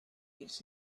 its